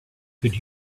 could